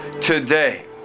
today